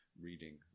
reading